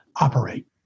operate